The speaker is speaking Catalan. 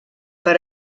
per